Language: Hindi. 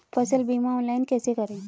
फसल बीमा ऑनलाइन कैसे करें?